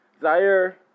Zaire